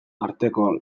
arteko